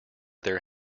their